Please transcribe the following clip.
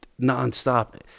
nonstop